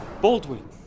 Baldwin